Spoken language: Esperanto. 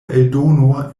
eldono